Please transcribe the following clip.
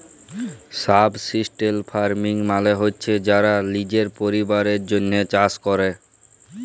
subsistence farming মালে হছে যারা লিজের পরিবারের জ্যনহে চাষ ক্যরে